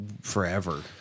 forever